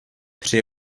při